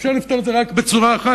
אפשר לפתור את זה רק בצורה אחת,